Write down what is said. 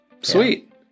sweet